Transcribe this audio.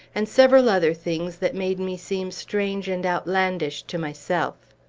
and several other things that made me seem strange and outlandish to myself.